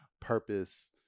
purpose